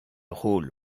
rôle